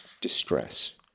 distress